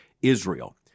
Israel